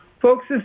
Folks